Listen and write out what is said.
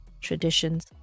traditions